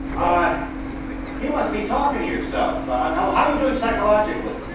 um you must be talking to yourselves! but and um ah you doing psychologically?